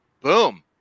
Boom